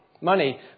money